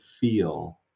feel